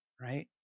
right